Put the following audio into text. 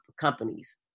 companies